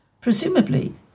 Presumably